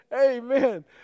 Amen